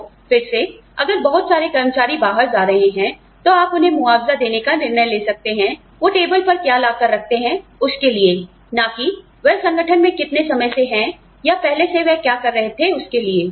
तो फिर से अगर बहुत सारे कर्मचारी बाहर जा रहे हैं तो आप उन्हें मुआवजा देने का निर्णय ले सकते हैं वो टेबल पर क्या लाकर रखते हैं उसके लिए ना कि वह संगठन में कितने समय से हैं या पहले वह क्या कर रहे थे उसके लिए